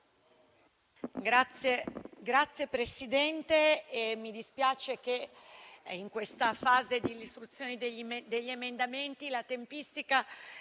Signora Presidente, mi dispiace che, in questa fase di illustrazione degli emendamenti, la tempistica